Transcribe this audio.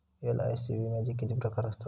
LIC विम्याचे किती प्रकार आसत?